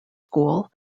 school